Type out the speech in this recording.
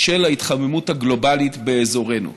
של ההתחממות הגלובלית באזורנו.